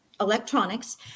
electronics